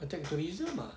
attack tourism ah